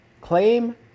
Claim